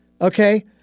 okay